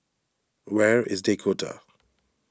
where is Dakota